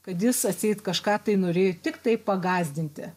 kad jis atseit kažką tai norėjo tiktai pagąsdinti